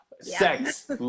sex